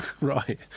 right